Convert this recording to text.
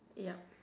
yup